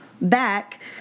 back